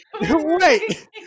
wait